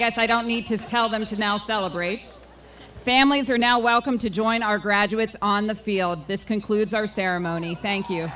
guess i don't need to tell them to now celebrate families are now welcome to join our graduates on the field this concludes our ceremony thank you